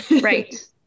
Right